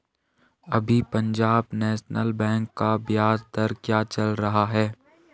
अभी Punjab National Bank का ब्याज दर क्या चल रहा है?